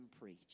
preach